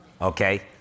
okay